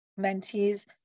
mentees